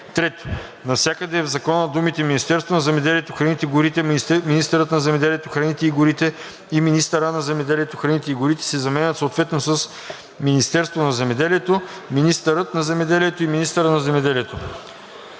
3.“ 3. Навсякъде в закона думите „Министерството на земеделието, храните и горите“, „министърът на земеделието, храните и горите“ и „министъра на земеделието, храните и горите“ се заменят съответно с „Министерството на земеделието“, „министърът на земеделието“ и „министъра на земеделието“.“